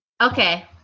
okay